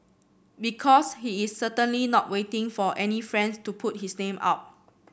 because he is certainly not waiting for any friends to put his name up